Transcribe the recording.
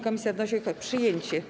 Komisja wnosi o ich przyjęcie.